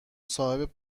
صاحب